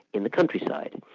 in the countryside?